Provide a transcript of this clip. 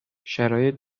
شرایط